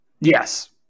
Yes